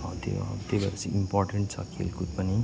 हो त्यही हो हो त्यही भएर चाहिँ इम्पोर्टेन्ट छ खेलकुद पनि